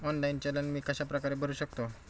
Online चलन मी कशाप्रकारे भरु शकतो?